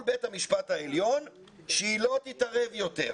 בית המשפט העליון שהיא לא תתערב יותר.